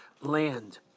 land